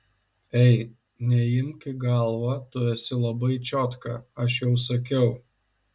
ei neimk į galvą tu esi labai čiotka aš jau sakiau